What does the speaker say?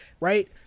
right